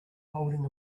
holding